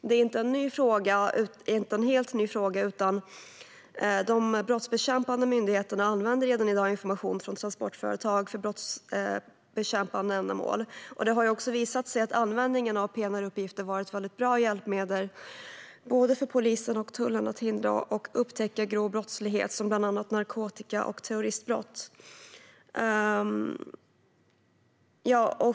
Det här är inte en helt ny fråga, utan de brottsbekämpande myndigheterna använder redan i dag information från transportföretag för brottsbekämpande ändamål. Det har också visat sig att användningen av PNR-uppgifter har varit ett väldigt bra hjälpmedel för både polisen och tullen i arbetet med att hindra och upptäcka grov brottslighet, bland annat narkotika och terroristbrott.